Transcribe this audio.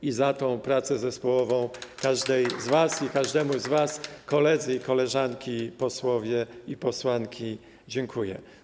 I za tę pracę zespołową każdej z was i każdemu z was, koledzy i koleżanki posłowie i posłanki, dziękuję.